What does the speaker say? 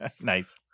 Nice